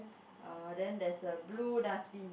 uh then there's a blue dustbin